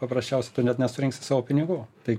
paprasčiausia tu net nesurinksi savo pinigų tai